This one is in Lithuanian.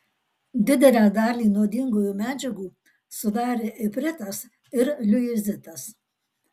didelę dalį nuodingųjų medžiagų sudarė ipritas ir liuizitas